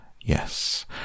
Yes